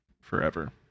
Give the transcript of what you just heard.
forever